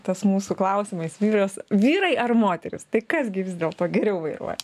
tas mūsų klausimais vyras vyrai ar moterys tai kas gi vis dėlto geriau vairuoja